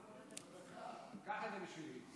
קח את זה משלי.